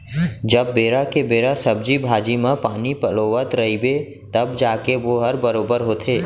जब बेरा के बेरा सब्जी भाजी म पानी पलोवत रइबे तव जाके वोहर बरोबर होथे